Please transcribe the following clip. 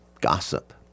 gossip